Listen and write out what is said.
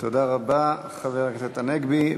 תודה רבה, חבר הכנסת הנגבי.